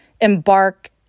embark